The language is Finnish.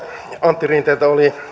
antti rinteeltä oli